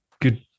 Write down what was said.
good